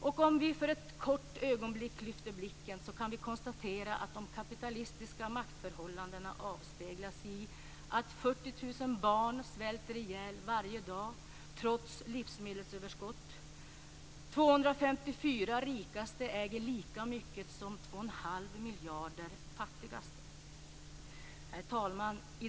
Och om vi för ett kort ögonblick lyfter blicken kan vi också konstatera att de kapitalistiska maktförhållandena avspeglas i att 40 000 barn svälter ihjäl varje dag trots livsmedelsöverskott. De 254 rikaste äger lika mycket som de 2 1⁄2 miljarder fattigaste. Herr talman!